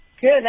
Good